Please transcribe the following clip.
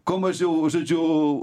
kuo mažiau žodžiu